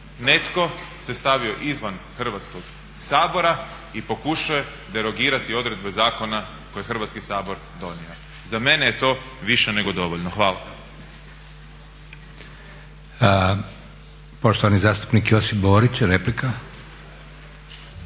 Netko se stavio izvan Hrvatskog sabora i pokušao je derogirati odredbe zakona koje je Hrvatski sabor donio. Za mene je to više nego dovoljno. Hvala.